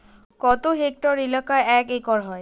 কত হেক্টর এলাকা এক একর হয়?